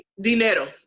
Dinero